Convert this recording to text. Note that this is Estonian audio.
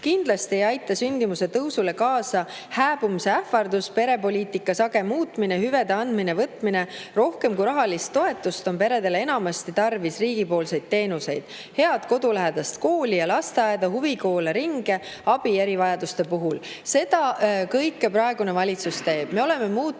Kindlasti ei aita sündimuse tõusule kaasa [rahva] hääbumise ähvardus, perepoliitika sage muutmine, hüvede andmine-võtmine. Rohkem kui rahalist toetust on peredele enamasti tarvis riigipoolseid teenuseid, head kodulähedast kooli ja lasteaeda, huvikoole, ringe, abi erivajaduste puhul. Seda kõike praegune valitsus teeb. Me oleme muutnud